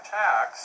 tax